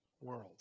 world